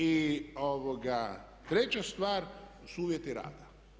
I treća stvar su uvjeti rada.